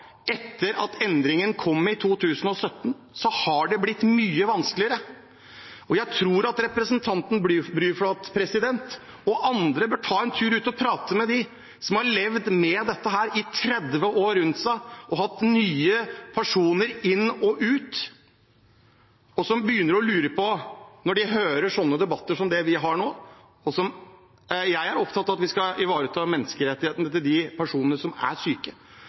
etter at endringen kom i 2017, har det blitt mye vanskeligere. Jeg tror at representanten Bruflot og andre bør ta seg en tur ut og prate med dem som har levd med dette i 30 år rundt seg, som har hatt nye personer inn og ut, og som begynner å lure når de hører slike debatter som vi har nå. Jeg er opptatt av at vi skal ivareta menneskerettighetene til de personene som er syke,